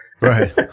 Right